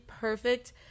perfect